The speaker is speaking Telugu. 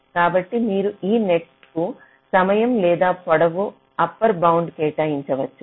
కాబట్టి మీరు ఈ నెట్స్కు సమయం లేదా పొడవు అప్పర్ బౌండ్ కేటాయించవచ్చు